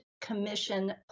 Commission